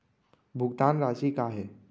भुगतान राशि का हे?